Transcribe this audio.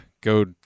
go